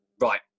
right